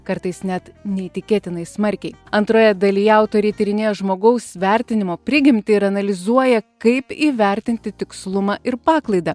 kartais net neįtikėtinai smarkiai antroje dalyje autoriai tyrinėja žmogaus vertinimo prigimtį ir analizuoja kaip įvertinti tikslumą ir paklaidą